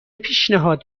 پیشنهاد